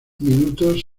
minutos